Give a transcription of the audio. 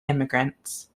immigrants